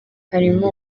harimo